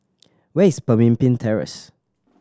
where is Pemimpin Terrace